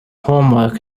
homework